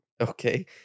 Okay